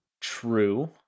True